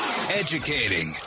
Educating